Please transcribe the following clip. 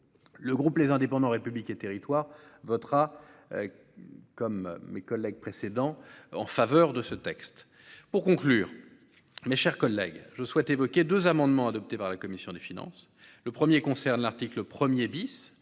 Le groupe Les Indépendants - République et Territoires votera en faveur de ce texte. Pour conclure, mes chers collègues, je souhaite évoquer deux amendements adoptés par la commission des finances. Le premier concerne l'article 1.